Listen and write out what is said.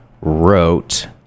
wrote